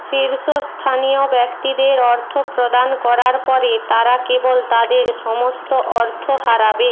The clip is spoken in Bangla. শীর্ষস্থানীয় ব্যক্তিদের অর্থ প্রদান করার পরে তারা কেবল তাদের সমস্ত অর্থ হারাবে